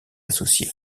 associés